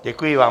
Děkuji vám.